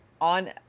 on